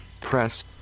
press